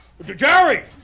Jerry